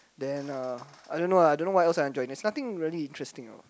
then uh I don't know ah don't know what else I enjoy there's nothing really interesting